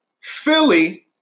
Philly